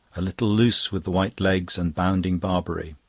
little luce with the white legs, and bouncing barbary.